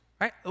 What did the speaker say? right